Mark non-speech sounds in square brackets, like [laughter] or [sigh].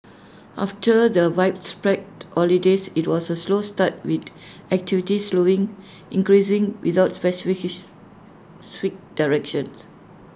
after the widespread holidays IT was A slow start with activity slowly increasing without [unintelligible] directions